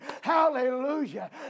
Hallelujah